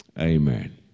amen